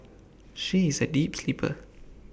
she is A deep sleeper